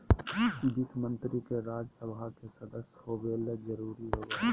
वित्त मंत्री के राज्य सभा के सदस्य होबे ल जरूरी होबो हइ